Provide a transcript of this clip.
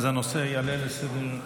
אז הנושא יעלה על סדר-היום?